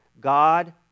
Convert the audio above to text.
God